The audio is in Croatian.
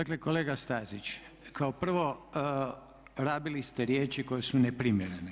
Dakle kolega Stazić, kao prvo rabili ste riječi koje su neprimjerene.